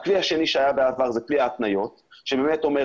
הכלי השני שהיה בעבר הוא כלי ההתניות שבאמת אומר,